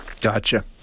Gotcha